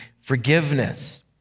forgiveness